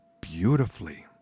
beautifully